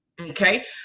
okay